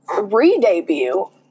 re-debut